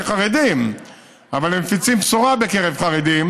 חרדים אבל הם מפיצים בשורה בקרב חרדים,